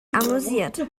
amüsiert